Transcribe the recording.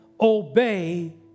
Obey